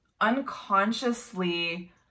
unconsciously